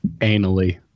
Anally